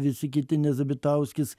visi kiti nezabitauskis